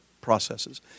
processes